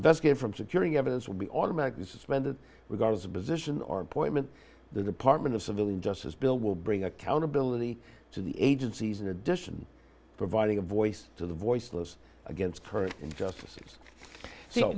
that's good from securing evidence will be automatically suspended regardless of position or appointment the department of civilian justice bill will bring accountability to the agencies in addition providing a voice to the voiceless against current injustices so